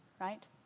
right